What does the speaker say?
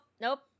Nope